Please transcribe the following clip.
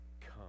come